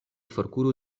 forkuru